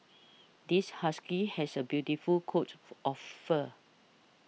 this husky has a beautiful coat for of fur